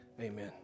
Amen